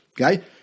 Okay